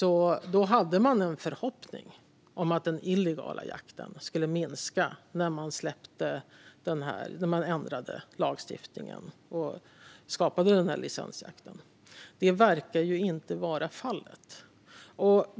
Man hade då en förhoppning om att den illegala jakten skulle minska när man ändrade lagstiftningen och skapade licensjakten. Detta verkar dock inte vara fallet.